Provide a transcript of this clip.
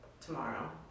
tomorrow